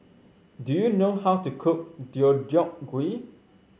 do you know how to cook Deodeok Gui